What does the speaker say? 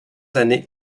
années